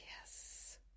yes